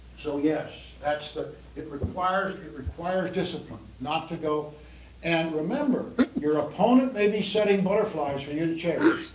so yes, that's the it requires the require discipline not to go and remember your opponent may be setting butterflies for your chair.